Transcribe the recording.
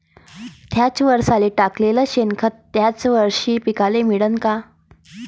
थ्याच वरसाले टाकलेलं शेनखत थ्याच वरशी पिकाले मिळन का?